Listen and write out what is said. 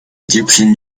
egyptian